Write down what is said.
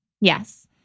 Yes